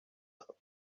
who